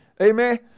Amen